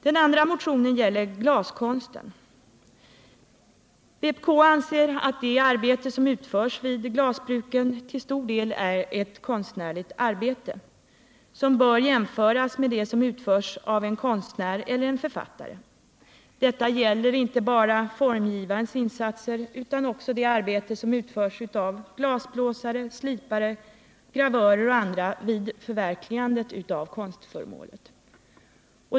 Den andra motionen gäller glaskonsten. Vpk anser att det arbete som utförs vid glasbruken till stor del är ett konstnärligt arbete som bör jämföras med det som utförs av en konstnär eller en författare. Detta gäller inte bara formgivarens insatser uian också det arbete som utförs av glasblåsare, slipare, gravörer och andra vid förverkligandet av konstföremålet.